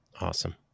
Awesome